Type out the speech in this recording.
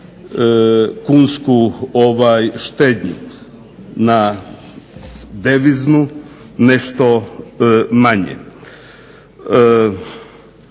kunsku štednju. Na deviznu nešto manje.